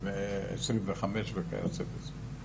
25 וכיוצא בזה.